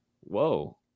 Whoa